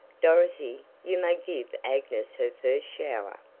dorothy, you may give agnes her first shower.